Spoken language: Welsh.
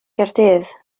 gaerdydd